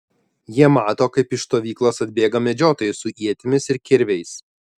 jie mato kaip iš stovyklos atbėga medžiotojai su ietimis ir kirviais